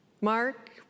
Mark